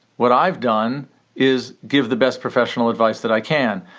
what i've done is give the best professional advice that i can.